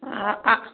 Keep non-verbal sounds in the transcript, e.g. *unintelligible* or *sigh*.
*unintelligible*